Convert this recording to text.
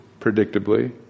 Predictably